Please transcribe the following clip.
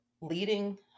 leading